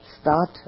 Start